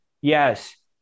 Yes